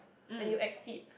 when you exceed